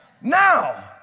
Now